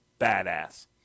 badass